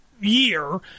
year